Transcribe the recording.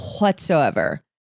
whatsoever